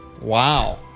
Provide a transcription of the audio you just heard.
Wow